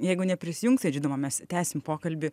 jeigu neprisijungsit žinoma mes tęsim pokalbį